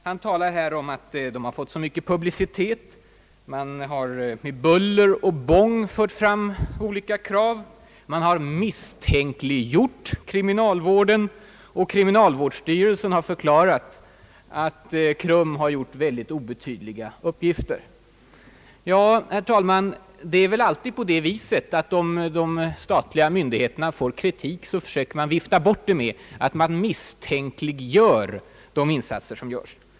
Han talar här om att organisationen har fått så stor publicitet, att man med »buller och bång» fört fram olika krav, att man har »misstänkliggjort» kriminalvården och att kriminalvårdsstyrelsen förklarat att KRUM gjort endast obetydliga insatser. Det är väl alltid på det sättet att om de statliga myndigheterna får kritik, söker de vifta bort den genom att påstå att kritikerna »misstänkliggör» de insatser som utförs.